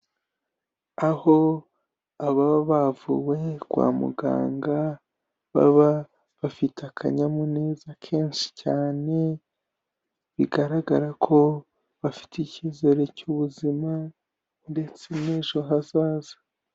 Aho ababa bavuwe kwa muganga, baba bafite akanyamuneza kenshi cyane, bigaragara ko bafite ikizere cy'ubuzima ndetse n'ejo hazaza.